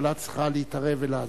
הממשלה צריכה להתערב ולעזור,